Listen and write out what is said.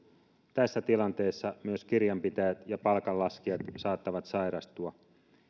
tässä tilanteessa myös kirjanpitäjät ja palkanlaskijat saattavat sairastua